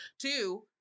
Two